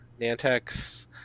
Nantex